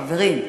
חברים.